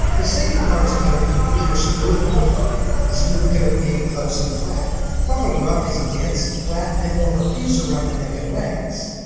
the st. bernard's coat can be either smooth or rough the smooth coat being close and flat while the rough is dense, flat, and more profuse around the neck and legs.